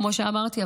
כמו שאמרתי,